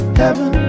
heaven